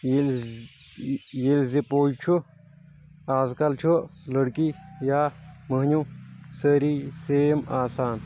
ییٚلہِ زِ ییٚلہِ زِ پوٚز چھُ از کل چھُ لڑکی یا مہنیٚو سٲری سیم آسان